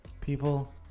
people